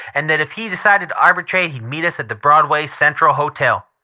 and that if he decided to arbitrate he'd meet us at the broadway central hotel.